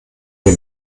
wir